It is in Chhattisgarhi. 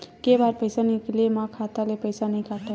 के बार पईसा निकले मा खाता ले पईसा नई काटे?